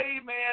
Amen